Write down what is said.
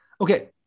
Okay